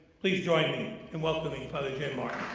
please join me in welcoming father james martin.